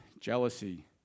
jealousy